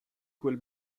quel